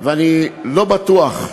ואני לא בטוח,